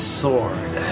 sword